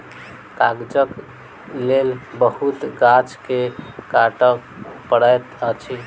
कागजक लेल बहुत गाछ के काटअ पड़ैत अछि